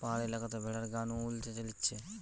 পাহাড়ি এলাকাতে ভেড়ার গা নু উল চেঁছে লিছে